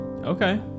Okay